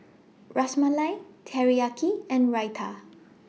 Ras Malai Teriyaki and Raita